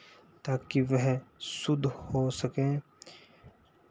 ताकि वह शुद्ध हो सके